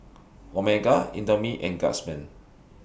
Omega Indomie and Guardsman